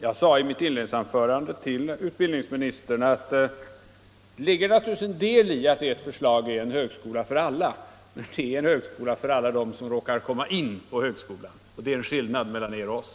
Jag sade i mitt inledningsanförande till utbildningsministern att det naturligtvis ligger någonting i att ert förslag innebär en högskola för alla — men bara för dem som råkar komma in på högskolan, och däri ligger skillnaden mellan er och oss.